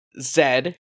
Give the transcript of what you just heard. Zed